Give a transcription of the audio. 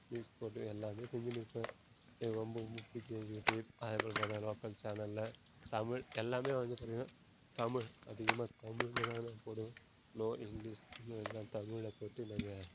news போட்டு எல்லாமே செஞ்சுன்னு இருப்பேன் எனக்கு ரொம்ப ரொம்ப பிடிச்சது யூடியூப் அதேபோல் பார்த்தன்னா லோக்கல் சேனலில் தமிழ் எல்லாமே வந்து பார்த்திங்கன்னா தமிழ் அதிகமாக தமிழில் தான் நான் போடுவேன் நோ இங்கிலிஷ் நான் தமிழில் போட்டு நாங்கள்